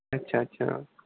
ਅੱਛਾ ਅੱਛਾ